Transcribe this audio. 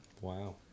Wow